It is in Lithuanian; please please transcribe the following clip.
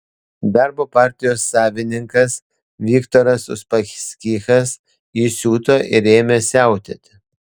darbo partijos savininkas viktoras uspaskichas įsiuto ir ėmė siautėti